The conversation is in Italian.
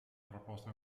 proposte